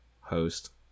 host